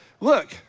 Look